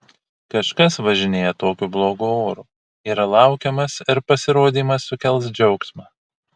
kažkas važinėja tokiu blogu oru yra laukiamas ir pasirodymas sukels džiaugsmą